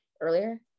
earlier